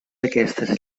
aquestes